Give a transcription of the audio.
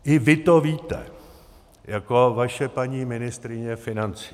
I vy to víte, jako vaše paní ministryně financí.